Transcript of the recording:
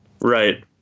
right